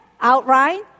outright